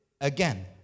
again